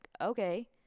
okay